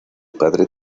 padre